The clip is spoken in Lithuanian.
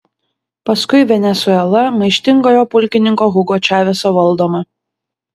paskui venesuela maištingojo pulkininko hugo čaveso valdoma